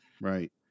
Right